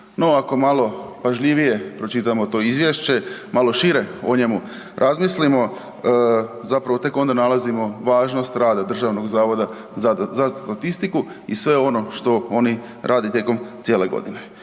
No, ako malo pažljivije pročitamo to Izvješće, malo šire o njemu razmislimo, zapravo, tek onda nalazimo važnost rada DZS-a i sve ono što oni rade tijekom cijele godine.